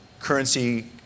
currency